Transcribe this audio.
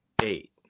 eight